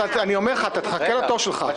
אני אומר לך, אתה תחכה לתור שלך.